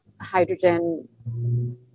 hydrogen